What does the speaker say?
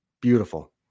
beautiful